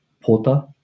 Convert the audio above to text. Porta